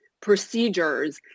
procedures